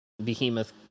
behemoth